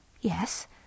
Yes